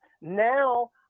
Now